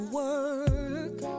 work